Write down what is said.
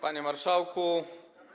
Panie Marszałku!